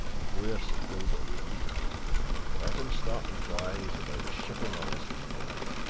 and where sir gilbert would meet her let him start inquiries about the shipping offices and the like.